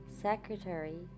Secretary